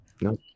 no